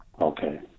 Okay